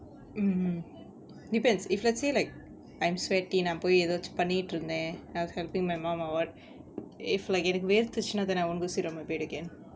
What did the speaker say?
mm mm depends if let's say like I'm sweaty நா போய் எதாச்சும் பண்ணிட்டு இருந்தேன்:naa poi ethachum pannittu irunthen l'll helping my mum or what if like எனக்கு வேர்த்துச்சுனா:enakku verthuchunaa then I won't go sit on my bed again